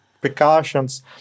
precautions